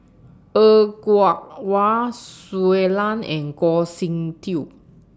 Er Kwong Wah Shui Lan and Goh Sin Tub